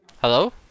Hello